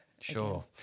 sure